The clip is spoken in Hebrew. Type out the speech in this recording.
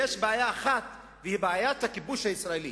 יש בעיה אחת, והיא בעיית הכיבוש הישראלי